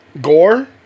Gore